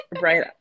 right